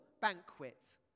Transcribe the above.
banquet